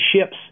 ships